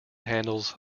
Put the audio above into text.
handles